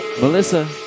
Melissa